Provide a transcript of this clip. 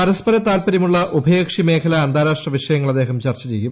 പരസ്പര താൽപ്പര്യമുള്ള ഉഭയകക്ഷി മേഖലാ അന്താരാഷ്ട്ര വിഷയങ്ങൾ അദ്ദേഹം ചർച്ച ചെയ്യും